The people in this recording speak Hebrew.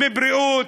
מבריאות,